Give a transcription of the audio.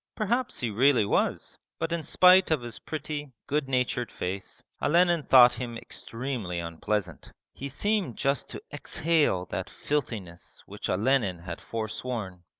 perhaps he really was but in spite of his pretty, good-natured face, olenin thought him extremely unpleasant. he seemed just to exhale that filthiness which olenin had forsworn.